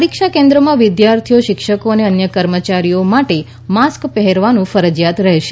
પરીક્ષા કેન્દ્રમાં વિદ્યાર્થીઓ શિક્ષકો અને અન્ય કર્મચારીઓ માટે માસ્ક પહેરવાનું ફરજિયાત રહેશે